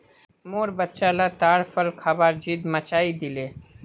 मोर बच्चा ला ताड़ फल खबार ज़िद मचइ दिले